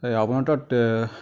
এই আপোনাৰ তাত